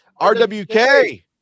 rwk